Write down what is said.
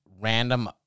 random